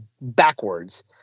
backwards